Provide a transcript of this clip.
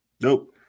Nope